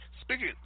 Speaking